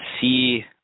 see